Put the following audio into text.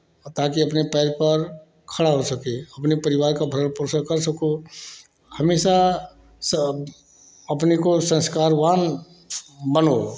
ताकि अपने पैर पर खड़ा हो सके अपने परिवार का भरण पोषण कर सको हमेशा स अपने को संस्कारवान बनो